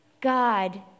God